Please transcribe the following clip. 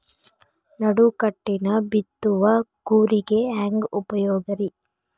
ನಡುಕಟ್ಟಿನ ಬಿತ್ತುವ ಕೂರಿಗೆ ಹೆಂಗ್ ಉಪಯೋಗ ರಿ?